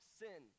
sin